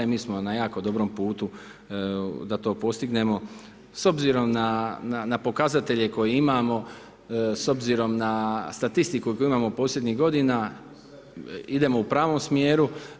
I mi smo na jako dobrom putu, da to postignemo, s obzirom na pokazatelje koje imamo, s obzirom na statistiku, koju imamo posljednjih godina, idemo u pravom smjeru.